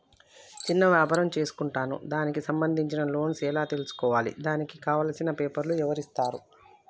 చిన్న వ్యాపారం చేసుకుంటాను దానికి సంబంధించిన లోన్స్ ఎలా తెలుసుకోవాలి దానికి కావాల్సిన పేపర్లు ఎవరిస్తారు?